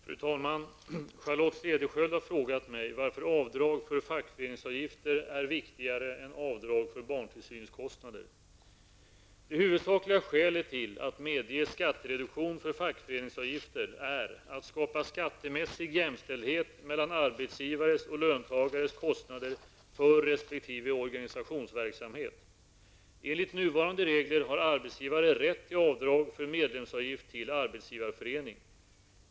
Fru talman! Charlotte Cederschiöld har frågat mig varför avdrag för fackföreningsavgifter är viktigare än avdrag för barntillsynskostnader. Det huvudsakliga skälet att medge skattereduktion för fackföreningsavgifter är att skapa skattemässig jämställdhet mellan arbetsgivares och löntagares kostnader för resp. organisationsverksamhet. Enligt nuvarande regler har arbetsgivare rätt till avdrag för medlemsavgift till arbetsgivarförening.